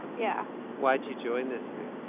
yeah why did you join this thing?